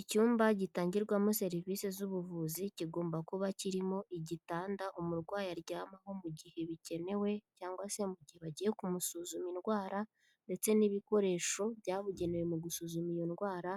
Icyumba gitangirwamo serivisi z'ubuvuzi kigomba kuba kirimo igitanda umurwayi aryamaho mu gihe bikenewe, cyangwa se mu gihe bagiye kumusuzuma indwara, ndetse n'ibikoresho byabugenewe mu gusuzuma iyo ndwara,